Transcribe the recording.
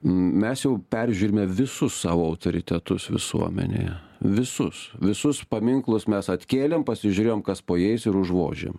mes jau peržiūrime visus savo autoritetus visuomenėje visus visus paminklus mes atkėlėm pasižiūrėjom kas po jais ir užvožėm